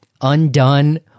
undone